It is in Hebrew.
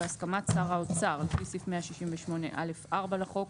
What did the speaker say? בהסכמת שר האוצר לפי סעיף 168(א)(4) לחוק